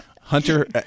Hunter